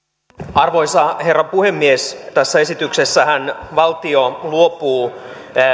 arvoisa herra puhemies tässä esityksessähän valtio luopuu